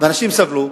ואנשים סבלו,